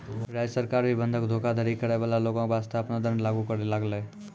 राज्य सरकार भी बंधक धोखाधड़ी करै बाला लोगो बासतें आपनो दंड लागू करै लागलै